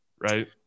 right